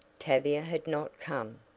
tavia had not come.